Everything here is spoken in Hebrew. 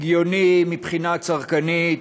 הגיוני מבחינה צרכנית,